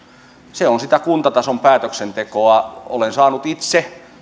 se on sitä kuntatason päätöksentekoa olen saanut itse